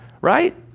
Right